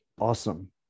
awesome